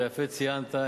ויפה ציינת,